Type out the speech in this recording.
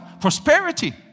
Prosperity